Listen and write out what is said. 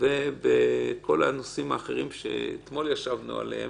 ובכל הנושאים האחרים שאתמול ישבנו עליהם.